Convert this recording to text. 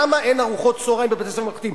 למה אין ארוחות צהריים בבתי-ספר ממלכתיים?